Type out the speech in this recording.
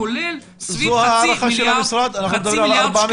הכולל הוא סביב חצי מיליארד שקלים.